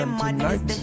tonight